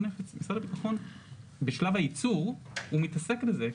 הנפץ משרד הביטחון בשלב הייצור מתעסק בזה,